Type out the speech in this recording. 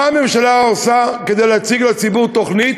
מה הממשלה עושה כדי להציג לציבור תוכנית,